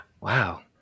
wow